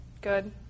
Good